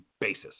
basis